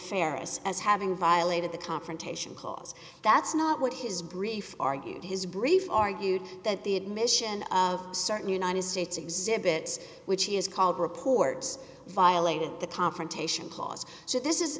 faris as having violated the confrontation clause that's not what his brief argued his brief argued that the admission of certain united states exhibit which he has called reports violated the confrontation clause so this is